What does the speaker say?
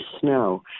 snow